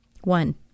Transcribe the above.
One